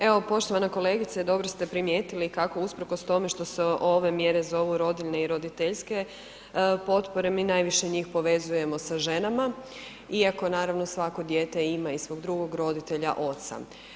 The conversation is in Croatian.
Evo poštovana kolegice, dobro ste primijetili kako usprkos tome što se ove mjere zovu rodiljne i roditeljske potpore mi najviše njih povezujemo sa ženama, iako naravno svako dijete ima i svog drugog roditelja oca.